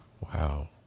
Wow